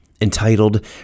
entitled